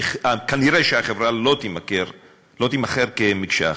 כנראה החברה לא תימכר מקשה אחת,